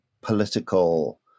political